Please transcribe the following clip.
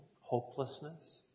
hopelessness